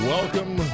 Welcome